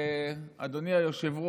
אדוני היושב-ראש,